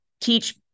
teach